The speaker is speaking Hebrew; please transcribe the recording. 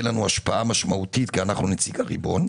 לנו השפעה משמעותית כי אנחנו נציג הריבון,